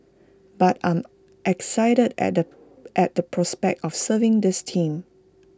but I'm excited at the at the prospect of serving this team